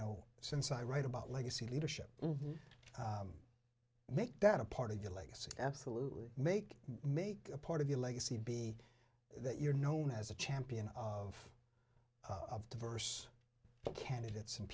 know since i write about legacy leadership make that a part of your legacy absolutely make make a part of your legacy be that you're known as a champion of diverse candidates and